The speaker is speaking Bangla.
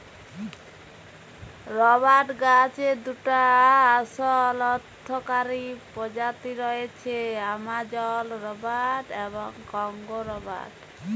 রবাট গাহাচের দুটা আসল অথ্থকারি পজাতি রঁয়েছে, আমাজল রবাট এবং কংগো রবাট